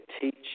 teach